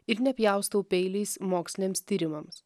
ir nepjaustau peiliais moksliniams tyrimams